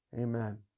Amen